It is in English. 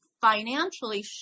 financially